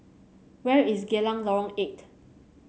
where is Geylang Lorong Eight